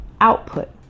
output